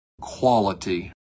quality